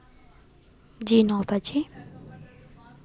जी नौ बजे